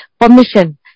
permission